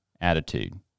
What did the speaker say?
attitude